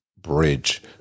bridge